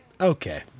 Okay